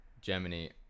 Germany